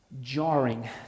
jarring